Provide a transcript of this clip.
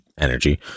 energy